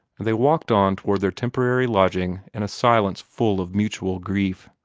and they walked on toward their temporary lodging in a silence full of mutual grief.